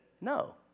no